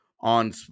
on